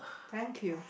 thank you